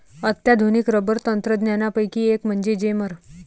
अत्याधुनिक रबर तंत्रज्ञानापैकी एक म्हणजे जेमर